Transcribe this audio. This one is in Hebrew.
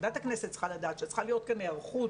ועדת הכנסת צריכה לדעת שצריכה להיות כאן היערכות